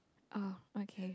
oh okay